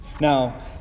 Now